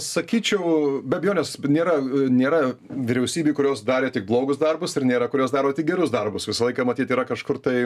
sakyčiau be abejonės nėra nėra vyriausybių kurios darė tik blogus darbus ir nėra kurios daro tik gerus darbus visą laiką matyt yra kažkur tai